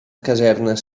casernes